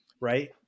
right